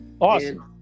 awesome